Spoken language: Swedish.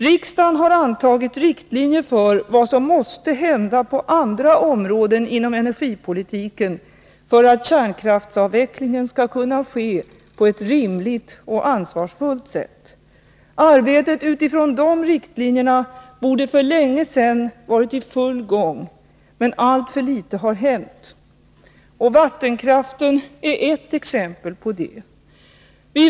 Riksdagen har antagit riktlinjer för vad som måste hända på andra områden inom energipolitiken för att kärnkraftsavvecklingen skall kunna ske på ett rimligt och ansvarsfullt sätt. Arbetet utifrån de riktlinjerna borde för länge sedan varit i full gång. Men alltför litet har hänt. Vattenkraften är ett exempel på detta.